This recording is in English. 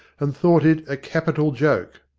and thought it a capital joke.